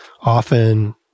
often